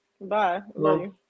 Bye